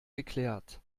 geklärt